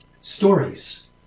stories